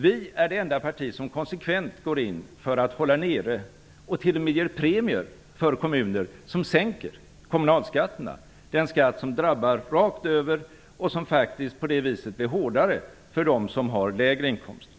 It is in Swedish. Vi är det enda parti som konsekvent går in för att hålla nere kommunalskatten och t.o.m. ger premier till kommuner som sänker kommunalskatten, den skatt som drabbar rakt över, och som faktiskt på det viset blir hårdare för dem som har lägre inkomster.